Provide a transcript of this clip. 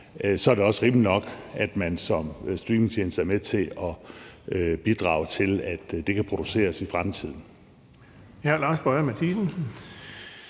så er det også rimeligt nok, at man som streamingtjeneste er med til at bidrage til, at det kan produceres i fremtiden.